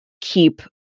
keep